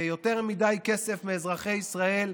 יותר מדי כסף מאזרחי ישראל.